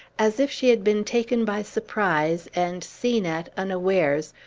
as if she had been taken by surprise and seen at unawares,